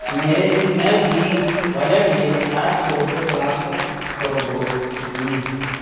میرے Snapdeal wallet میں آٹھ سو روپئے ٹرانسفر کرو دو پلیز